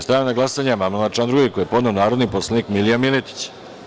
Stavljam na glasanje amandman na član 2. koji je podneo narodni poslanik Milija Miletić.